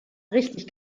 richtig